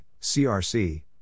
CRC